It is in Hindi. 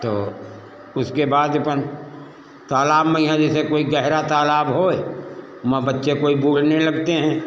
तो उसके बाद अपन तालाब में यहाँ जैसे कोई गहरा तालाब होए मा बच्चे कोई बूढ़ने लगते हैं